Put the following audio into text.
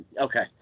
Okay